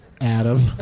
Adam